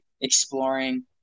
exploring